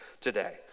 today